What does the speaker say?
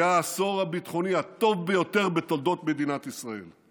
היה העשור הביטחוני הטוב ביותר בתולדות מדינת ישראל.